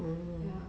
ya